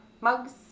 mugs